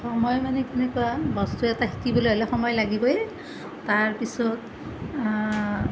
মই মানে কেনেকুৱা বস্তু এটা শিকিবলৈ অলপ সময় লাগিবই তাৰপিছত